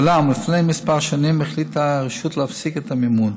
אולם לפני כמה שנים החליטה הרשות להפסיק את המימון.